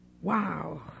Wow